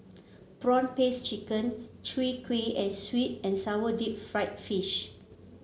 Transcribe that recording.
prawn paste chicken Chwee Kueh and sweet and sour Deep Fried Fish